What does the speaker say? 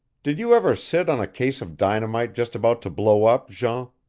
did you ever sit on a case of dynamite just about to blow up, jean?